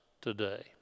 today